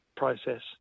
process